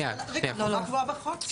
החובה קבועה בחוק,